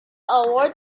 award